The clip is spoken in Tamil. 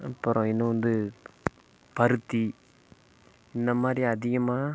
அப்புறம் இன்னும் வந்து பருத்தி இந்த மாதிரி அதிகமாக